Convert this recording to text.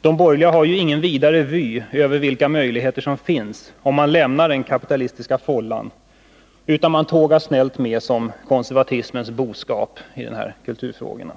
De borgerliga har ju ingen vidare vy över vilka möjligheter som finns om man lämnar den kapitalistiska fållan, utan man tågar snällt med regeringen som konservatismens boskap i dessa kulturfrågor.